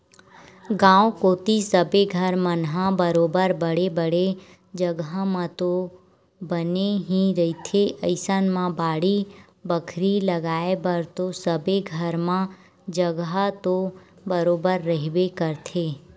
गाँव कोती सबे घर मन ह बरोबर बड़े बड़े जघा म तो बने ही रहिथे अइसन म बाड़ी बखरी लगाय बर तो सबे घर म जघा तो बरोबर रहिबे करथे